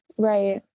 Right